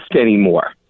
anymore